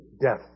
death